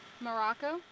Morocco